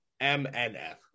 MNF